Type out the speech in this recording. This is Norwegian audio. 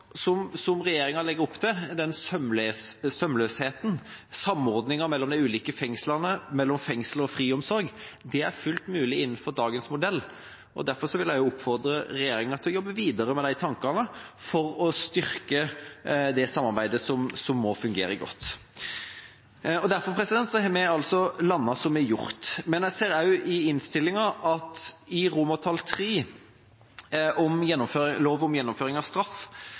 som regjeringa legger opp til, samordningen mellom de ulike fengslene, mellom fengsel og friomsorg, er fullt mulig innenfor dagens modell, og derfor vil jeg oppfordre regjeringa til å jobbe videre med de tankene for å styrke det samarbeidet som må fungere godt. Derfor har vi landet som vi har gjort, men jeg ser i innstillinga at når det gjelder III, om lov om gjennomføring av straff,